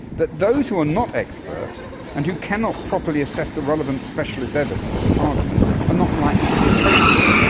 that those who are not expert and who cannot properly assess the relevant specialist evidence and argument are not likely to be appropriate,